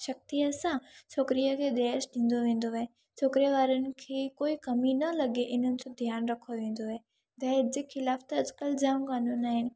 शक्तिअ सां छोकिरीअ खे दहेज ॾींदो वेंदो आहे छोकिरे वारनि खे कोई कमी न लॻे इन्हनि जो ध्यानु रखियो वेंदो आहे दहेज जे ख़िलाफ़ु त अॼुकल्ह जामु क़ानून आहिनि